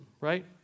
right